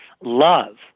love